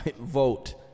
vote